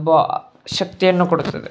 ಬ ಶಕ್ತಿಯನ್ನು ಕೊಡುತ್ತದೆ